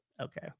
Okay